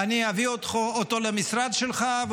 אני אביא אותו למשרד שלך,